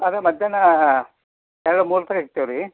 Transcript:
ಆಗ ಮಧ್ಯಾಹ್ನ ಯಾವುದೋ ಮೂರ್ಪೆರ್ ಇಕ್ತಿವ್ ರೀ